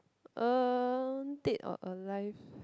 um dead or alive